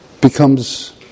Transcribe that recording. becomes